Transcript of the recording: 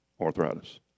arthritis